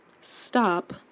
stop